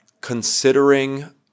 considering